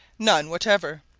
none whatever.